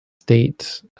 state